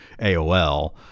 AOL